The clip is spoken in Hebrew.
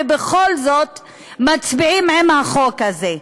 ובכל זאת מצביעים עם החוק הזה.